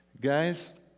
guys